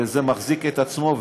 וזה מחזיק את עצמו,